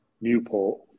Newport